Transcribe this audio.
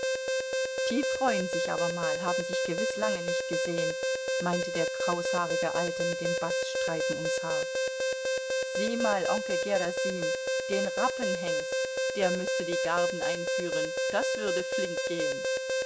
die freuen sich aber mal haben sich gewiß lange nicht gesehen meinte der kraushaarige alte mit dem baststreifen ums haar sieh mal onkel gerasim den rapphengst der müßte die garben einführen das würde flink gehen